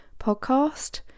podcast